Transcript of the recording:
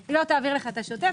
היא לא תעביר לך את השוטף,